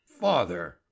father